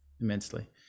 immensely